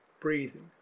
breathing